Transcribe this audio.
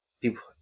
people